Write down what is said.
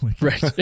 Right